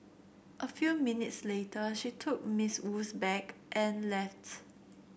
a few minutes later she took Miss Wu's bag and left